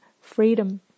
freedom